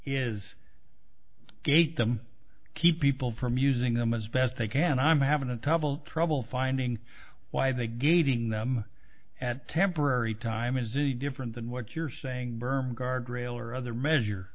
is gate them keep people from using them as best they can i'm having a tumble trouble finding why they getting them at temporary time is a different than what you're saying berm guardrail or other measure